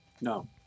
No